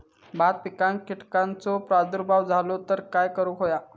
भात पिकांक कीटकांचो प्रादुर्भाव झालो तर काय करूक होया?